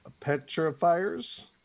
petrifiers